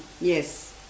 Yes